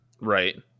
right